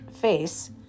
face